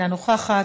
אינה נוכחת,